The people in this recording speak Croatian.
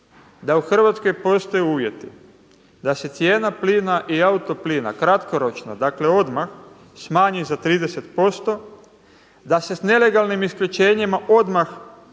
da u Hrvatskoj postoje uvjeti da se cijena plina i auto plina kratkoročno, dakle odmah smanji za 30%, da se s nelegalnim isključenjima odmah